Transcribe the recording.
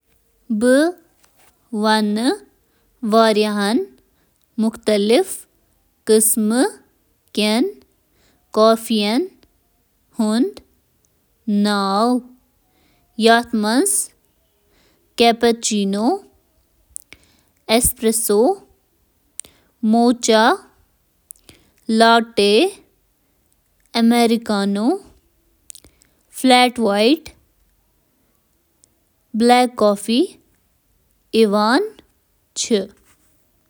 کافی چھُ اکھ مشروبات یُس روُزِتھ، زٔمیٖنی کافی سیٖمَو سۭتۍ بناونہٕ چھُ یِوان۔ کافی ہنٛد کینٛہہ قسمہٕ چِھ: cappuccino, espresso, americano, black coffee تہٕ باقی۔